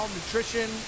nutrition